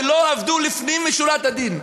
ולא עבדו לפנים משורת הדין.